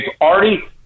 already